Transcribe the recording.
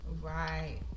Right